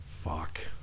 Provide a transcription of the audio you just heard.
Fuck